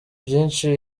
byinshi